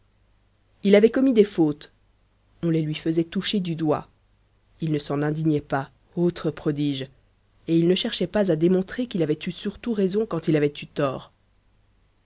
il avait commis des fautes on les lui faisait toucher du doigt il ne s'en indignait pas autre prodige et il ne cherchait pas à démontrer qu'il avait eu surtout raison quand il avait eu tort